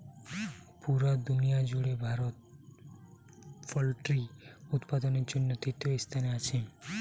পুরা দুনিয়ার জুড়ে ভারত পোল্ট্রি উৎপাদনের জন্যে তৃতীয় স্থানে আছে